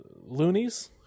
loonies